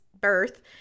birth